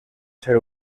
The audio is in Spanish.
ser